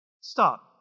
stop